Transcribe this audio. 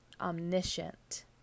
omniscient